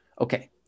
Okay